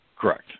Correct